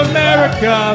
America